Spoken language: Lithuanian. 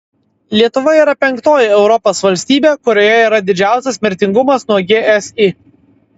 lietuva yra penktoji europos valstybė kurioje yra didžiausias mirtingumas nuo gsi